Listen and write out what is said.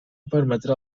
permetrà